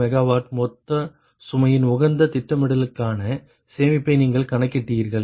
66 MW மொத்த சுமையின் உகந்த திட்டமிடலுக்கான சேமிப்பை நீங்கள் கணக்கிட்டீர்கள்